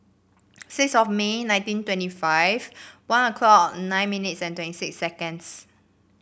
six of May nineteen twenty five one o'clock nine minutes twenty six seconds